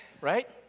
right